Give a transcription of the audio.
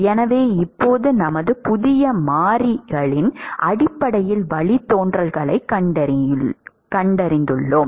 எனவே இப்போது நமது புதிய மாறிகளின் அடிப்படையில் வழித்தோன்றல்களைக் கண்டறிந்துள்ளோம்